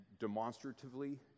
demonstratively